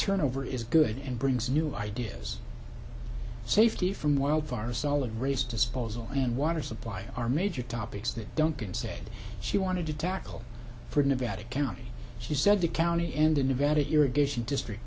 turn over is good and brings new ideas safety from wild far solid raise disposal and water supply are major topics that don't concede she wanted to tackle for nevada county she said the county and in nevada irrigation district